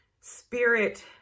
spirit